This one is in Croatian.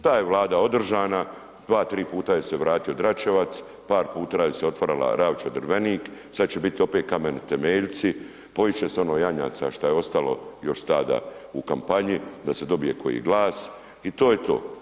Ta je Vlada održana, 2, 3 puta joj se vratio Dračevac, par puta se otvarala račva Drvenik, sad će bit opet kameni temeljci, poist će se ono janjaca šta je ostalo još stada u kampanji da se dobije koji glas i to je to.